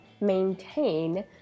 maintain